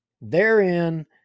therein